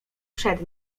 przed